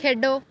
खेढो